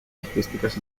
artísticas